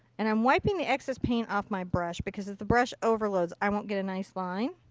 and i'm wiping the excess paint off my brush because if the brush overloads i won't get a nice line.